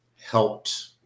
helped